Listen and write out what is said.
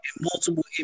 multiple